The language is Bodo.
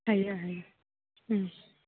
हायो हायो